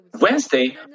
Wednesday